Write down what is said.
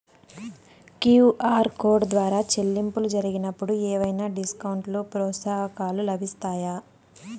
QR code ద్వారా చెల్లింపులు జరిగినప్పుడు ఏవైనా డిస్కౌంట్ లు, ప్రోత్సాహకాలు లభిస్తాయా?